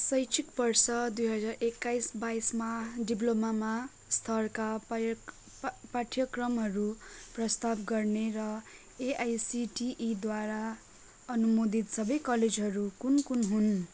शैक्षिक वर्ष दुई हजार एक्काइस बाइसमा डिप्लोमामा स्तरका पार्य पा पाठ्यक्रमहरू प्रस्ताव गर्ने र एआइसिटिईद्वारा अनुमोदित सबै कलेजहरू कुन कुन हुन्